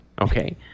Okay